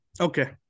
Okay